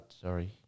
Sorry